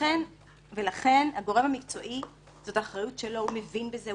האחריות המקצועית היא של הגורם המקצועי - הוא מבין בזה,